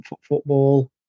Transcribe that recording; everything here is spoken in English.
football